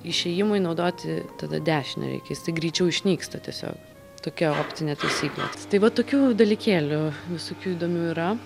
išėjimui naudoti tada dešinę reikia jisai greičiau išnyksta tiesiog tokia optinė taisyklė tai va tokių dalykėlių visokių įdomių yra